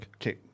Okay